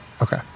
okay